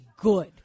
good